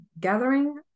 gathering